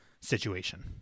situation